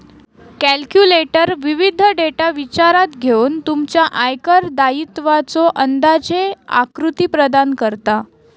calculator विविध data विचारात घेऊन तुमच्या आयकर दायित्वाचो अंदाजे आकृती प्रदान करता